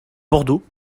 bordeaux